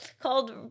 called